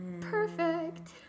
perfect